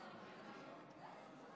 לא נתקבלה.